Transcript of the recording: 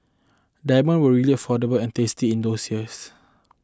diamonds were really affordable and tasty in those years